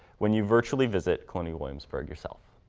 when you virtually visit colonial williamsburg yourself.